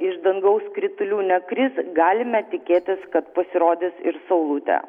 iš dangaus kritulių nekris galime tikėtis kad pasirodys ir saulutė